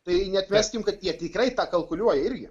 tai neatmeskim kad jie tikrai tą kalkuliuoja irgi